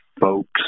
folks